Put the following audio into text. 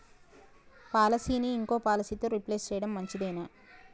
పాలసీని ఇంకో పాలసీతో రీప్లేస్ చేయడం మంచిదేనా?